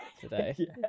today